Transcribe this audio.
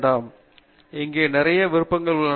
பேராசிரியர் பிரதாப் ஹரிதாஸ் இங்கே நிறைய விருப்பங்கள் உள்ளன